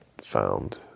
found